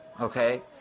Okay